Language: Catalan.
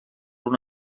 una